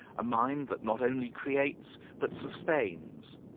a mind that not only creates but sustains.